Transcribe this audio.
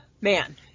man